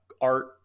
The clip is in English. art